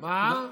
סיימת.